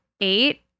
eight